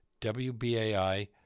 WBAI